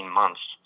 months